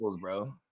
bro